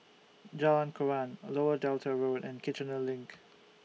Jalan Koran Lower Delta Road and Kiichener LINK